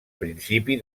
principi